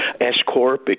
S-Corp